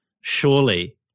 Surely